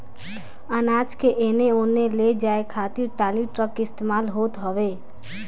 अनाज के एने ओने ले जाए खातिर टाली, ट्रक के इस्तेमाल होत हवे